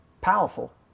powerful